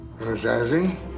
Energizing